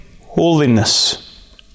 holiness